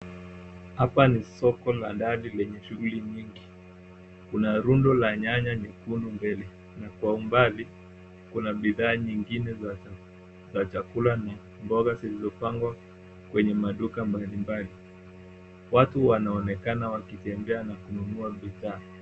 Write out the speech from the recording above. Hapa ni soko la ndani lenye shughuli nyingi. Kuna rundo la nyanya nyekundu mbele na kwa umbali kuna bidhaa nyingine za chakula na mboga zilizopangwa kwenye maduka mbalimbali. Watu wanaonekana wakitembea na kununua bidhaa.